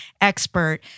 expert